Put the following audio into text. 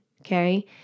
Okay